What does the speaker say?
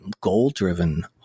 goal-driven